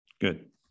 Good